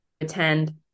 attend